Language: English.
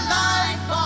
life